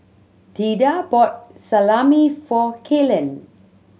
Theda bought Salami for Kaylen